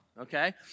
Okay